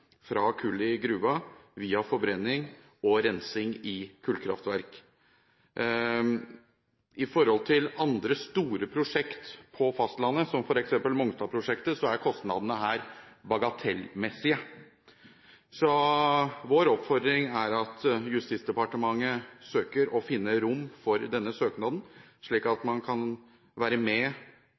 fra kullet i gruva via forbrenning og rensing i kullkraftverk. I forhold til andre store prosjekt på fastlandet, som f.eks. Mongstad-prosjektet, er kostnadene her bagatellmessige. Så vår oppfordring er at Justisdepartementet søker å finne rom for denne søknaden, slik at man kan være med